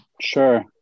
Sure